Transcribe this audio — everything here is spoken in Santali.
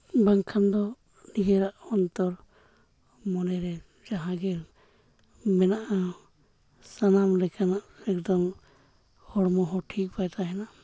ᱵᱟᱝᱠᱷᱟᱱ ᱫᱚ ᱱᱤᱡᱮᱨᱟᱜ ᱚᱱᱛᱚᱨ ᱢᱚᱱᱮᱨᱮ ᱡᱟᱦᱟᱜᱮ ᱢᱮᱱᱟᱜᱼᱟ ᱥᱟᱱᱟᱢ ᱞᱮᱠᱟᱱᱟᱜ ᱮᱠᱫᱚᱢ ᱦᱚᱲᱢᱚ ᱦᱚᱸ ᱴᱷᱤᱠ ᱵᱟᱭ ᱛᱟᱦᱮᱱᱟ